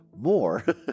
more